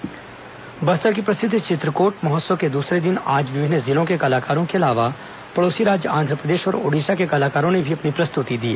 चित्रकोट महोत्सव बस्तर के प्रसिद्ध चित्रकोट महोत्सव के दूसरे दिन आज विभिन्न जिलों के कलाकारों के अलावा पड़ोसी राज्य आंध्रप्रदेश और ओड़िशा के कलाकारों ने भीं अपनी प्रस्तुति दी